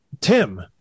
Tim